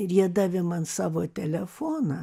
ir jie davė man savo telefoną